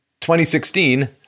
2016